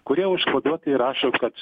kurie užkoduotai rašo kad